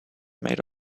made